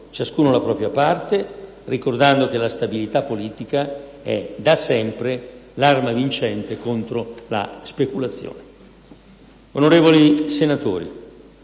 ciascuno la propria parte e ricordando che la stabilità politica è da sempre l'arma vincente contro la speculazione. Onorevoli senatori,